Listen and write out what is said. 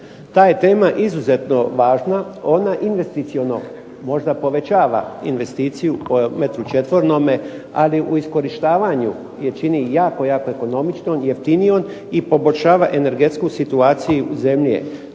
Ta je tema izuzetno važna. Ona investiciono možda povećava investiciju po metru četvornome, ali u iskorištavanju je čini jako, jako ekonomičnom i jeftinijom i poboljšava energetsku situaciju zemlje.